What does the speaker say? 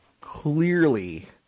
clearly